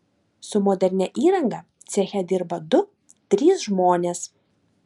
su modernia įranga ceche dirba du trys žmonės